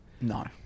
No